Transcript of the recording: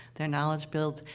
their knowledge builds,